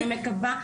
אני מקווה,